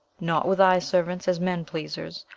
not with eye-service as men-pleasers,